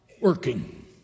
working